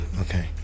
Okay